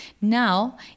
now